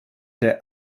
der